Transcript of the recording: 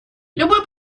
любой